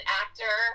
actor